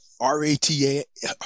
r-a-t-a